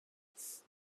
vocals